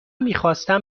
میخواستم